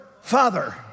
father